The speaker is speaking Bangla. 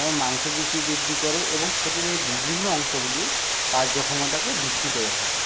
যেমন মাংস পেশি বৃদ্ধি করে এবং শরীরের বিভিন্ন অংশগুলির কার্যক্ষমতাকে বৃদ্ধি করে থাকে